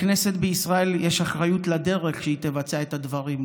לכנסת בישראל יש אחריות לדרך שהיא תבצע את הדברים,